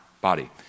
body